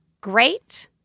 great